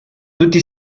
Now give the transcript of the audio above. tutti